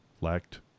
Lacked